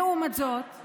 לעומת זאת,